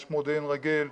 יש מודיעין רגיל,